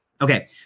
okay